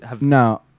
No